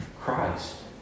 Christ